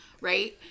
right